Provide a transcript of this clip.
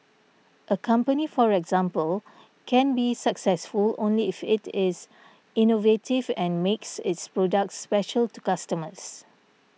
a company for example can be successful only if it is innovative and makes its products special to customers